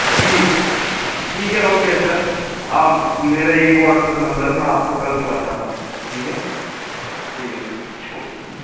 ٹھیک ٹھیک ہے اوکے سر آپ میرا یہی واٹساپ نمبر ہے میں آپ کو کل بتاتا ہوں ٹھیک ہے ٹھیک ہے سر اوکے